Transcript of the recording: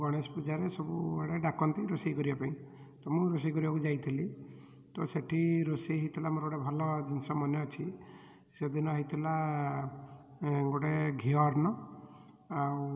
ଗଣେଶ ପୂଜାରେ ସବୁଆଡ଼େ ଡ଼ାକନ୍ତି ରୋଷେଇ କରିବାପାଇଁ ତ ମୁଁ ରୋଷେଇ କରିବାକୁ ଯାଇଥିଲି ତ ସେଠି ରୋଷେଇ ହୋଇଥିଲା ମୋର ଗୋଟେ ଭଲ ଜିନଷ ମନେ ଅଛି ସେଦିନ ହୋଇଥିଲା ଗୋଟେ ଘିଅ ଅର୍ଣ୍ଣ ଆଉ